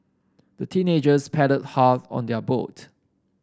the teenagers paddled hard on their boat